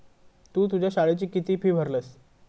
तु तुझ्या शाळेची किती फी भरलस?